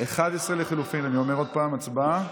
11 לחלופין, אני אומר עוד פעם, הצבעה.